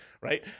right